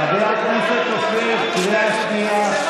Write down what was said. חבר הכנסת אופיר, קריאה שנייה.